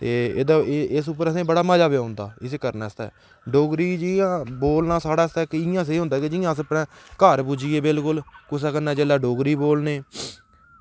एह्दे ई असेंगी बड़ा मज़ा औंदा एह् करने आस्तै डोगरी च असें बोलना साढ़े आस्तै इंया होंदा कि जियां साढ़े घर पुज्जी गे बिल्कुल कुसै कन्नै जेल्लै डोगरी बोलने